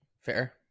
Fair